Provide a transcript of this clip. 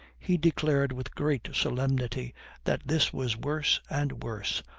he declared with great solemnity that this was worse and worse,